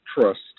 trust